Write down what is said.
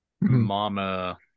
Mama